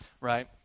right